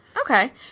Okay